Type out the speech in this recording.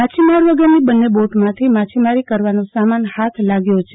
માછીમાર વગરની બંન બોટમાંથી માછીમારી કરવાનો સામાન હા થ લાગ્યો છે